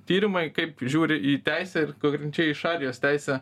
tyrimai kaip žiūri į teisę ir konkrečiai į šalies teisę